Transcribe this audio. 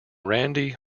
randy